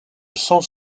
sans